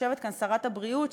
יושבת כאן שרת הבריאות,